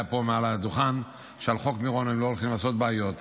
שהודיעה פה מעל הדוכן שעל חוק מירון הם לא הולכים לעשות בעיות.